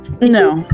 No